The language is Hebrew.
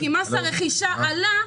כי מס הרכישה עלה.